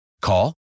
Call